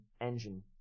engine